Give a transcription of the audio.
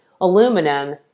Aluminum